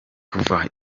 kuva